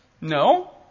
No